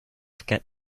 forget